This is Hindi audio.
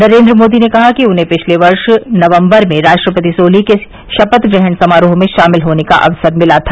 नरेंद्र मोदी ने कहा कि उन्हें पिछले वर्ष नवम्बर में राष्ट्रपति सोलिह के शपथ ग्रहण समारोह में शामिल होने का अवसर मिला था